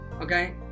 okay